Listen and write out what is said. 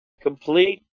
Complete